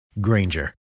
Granger